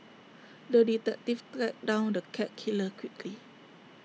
the detective tracked down the cat killer quickly